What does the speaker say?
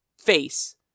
face